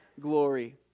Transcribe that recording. glory